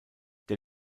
der